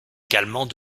également